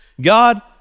God